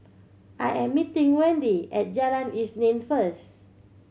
I am meeting Wende at Jalan Isnin first